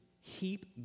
heap